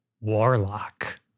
Warlock